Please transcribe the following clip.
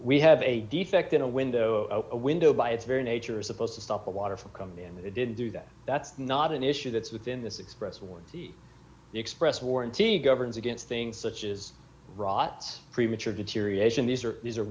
we have a defect in a window a window by its very nature is supposed to stop the water from coming in and they didn't do that that's not an issue that's within this express warranty express warranty governs against things such as rots premature deterioration these are these are